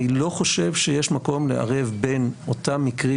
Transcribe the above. אני לא חושב שיש מקום לערב בין אותם מקרים